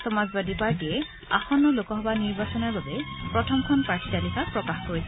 সমাজবাদী পাৰ্টীয়ে আসন্ন লোকসভা নিৰ্বাচনৰ বাবে প্ৰথমখন প্ৰাৰ্থী তালিকা প্ৰকাশ কৰিছে